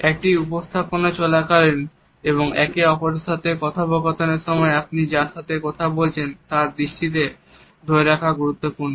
একটি উপস্থাপনা চলাকালীন এবং একে অপরের সাথে কথোপকথনের সময় আপনি যার সাথে কথা বলছেন তার দৃষ্টিকে ধরে রাখা গুরুত্বপূর্ণ